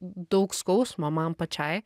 daug skausmo man pačiai